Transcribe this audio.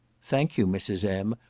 thank you, mrs. m,